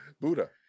Buddha